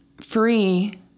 free